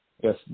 Yes